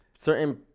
certain